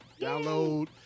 download